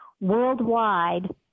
Worldwide